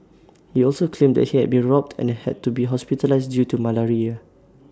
he also claimed that he had been robbed and had to be hospitalised due to malaria